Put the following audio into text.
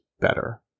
better